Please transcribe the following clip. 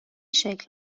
شکل